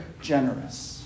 generous